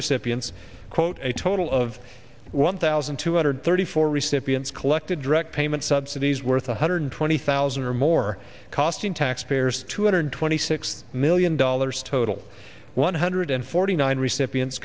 recipients quote a total of one thousand two hundred thirty four recipients collected direct payment subsidies worth one hundred twenty thousand or more costing taxpayers two hundred twenty six million dollars total one hundred forty nine recipients